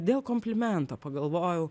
dėl komplimento pagalvojau